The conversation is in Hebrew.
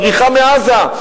הבריחה מעזה.